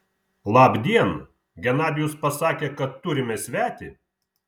labdien genadijus pasakė kad turime svetį